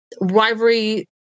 rivalry